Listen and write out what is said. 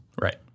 Right